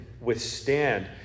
withstand